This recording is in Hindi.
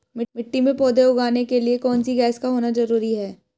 मिट्टी में पौधे उगाने के लिए कौन सी गैस का होना जरूरी है?